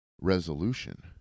resolution